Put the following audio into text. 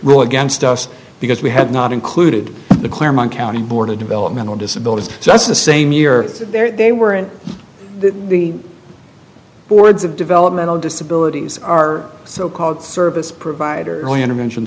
rule against us because we had not included the claremont county board of developmental disabilities so that's the same year there they were in the boards of developmental disabilities are so called service provider early intervention